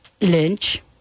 Lynch